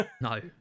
No